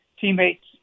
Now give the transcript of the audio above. teammates